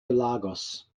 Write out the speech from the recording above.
lagos